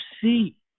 see